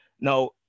now